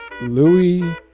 Louis